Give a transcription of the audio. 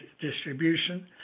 distribution